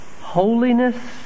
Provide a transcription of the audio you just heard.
Holiness